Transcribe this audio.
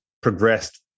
progressed